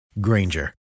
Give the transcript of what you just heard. Granger